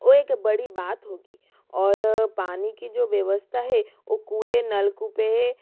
ओ एक बड़ी बात होगी और पानी की जो व्यवस्था है वो कुएं नलकूप है